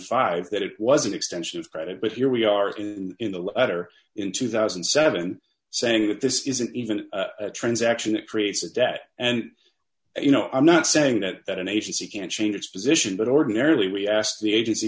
five that it was an extension of credit but here we are in the letter in two thousand and seven saying that this isn't even a transaction that creates a debt and you know i'm not saying that that an agency can change its position but ordinarily we ask the agency